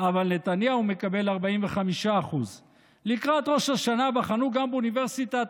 אבל נתניהו מקבל 45%. לקראת ראש השנה בחנו גם באוניברסיטת